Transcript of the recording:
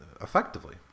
effectively